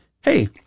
hey